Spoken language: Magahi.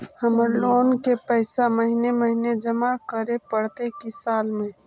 हमर लोन के पैसा महिने महिने जमा करे पड़तै कि साल में?